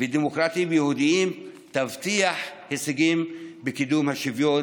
ודמוקרטיים יהודיים תבטיח הישגים בקידום השוויון,